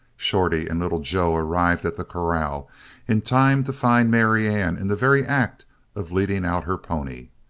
shorty and little joe arrived at the corral in time to find marianne in the very act of leading out her pony.